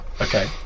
Okay